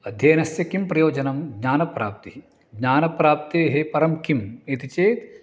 अध्यनस्य किं प्रयोजनं ज्ञानप्राप्तिः ज्ञानप्राप्तेः परं किम् इति चेत्